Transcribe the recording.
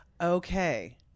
okay